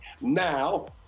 Now